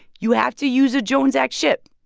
you have to use a jones-act ship,